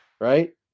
right